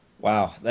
Wow